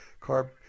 carb